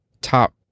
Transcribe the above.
top